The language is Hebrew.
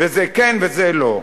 וזה כן וזה לא.